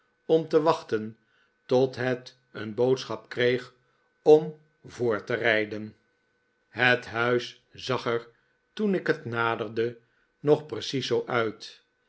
om te wachten tot het een boodschap kreeg om voor te rijden het huis zag er toen ik het naderde nog precies zoo uit